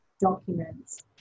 documents